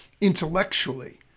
intellectually